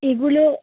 এগুলো